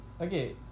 Okay